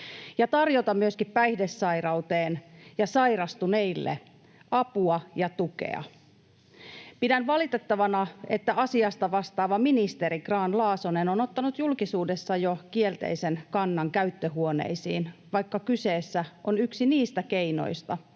ja tarjotaan myöskin päihdesairauteen ja sairastuneille apua ja tukea. Pidän valitettavana, että asiasta vastaava ministeri Grahn-Laasonen on jo ottanut julkisuudessa kielteisen kannan käyttöhuoneisiin, vaikka kyseessä on yksi niistä keinoista,